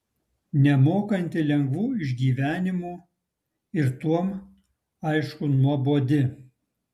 nemokanti lengvų išgyvenimų ir tuom aišku nuobodi